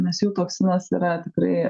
nes jų toksinas yra tikrai